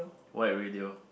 white radio